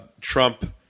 Trump –